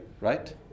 right